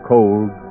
Cold